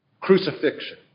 crucifixion